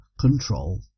control